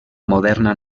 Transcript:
moderna